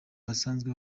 basanzwe